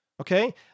Okay